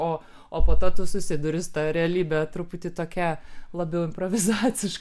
o o po to tu susiduri su ta realybė truputį tokia labiau improvizaciška